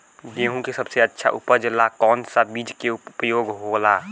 गेहूँ के सबसे अच्छा उपज ला कौन सा बिज के उपयोग होला?